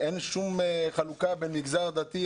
אין שום חלוקה בין מגזר דתי,